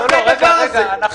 מה זה הדבר הזה?